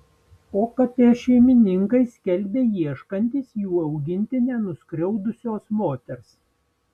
o katės šeimininkai skelbia ieškantys jų augintinę nuskriaudusios moters